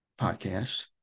podcast